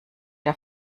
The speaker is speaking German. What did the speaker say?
der